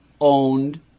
owned